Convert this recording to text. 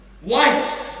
White